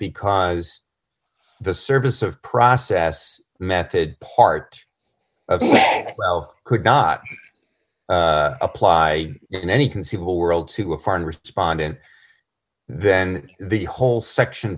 because the service of process method part of well could not apply in any conceivable world to a foreign respond in then the whole section